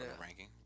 ranking